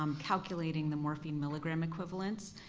calculating the morphine milligram equivalents